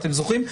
אתם זוכרים,